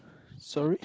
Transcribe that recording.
sorry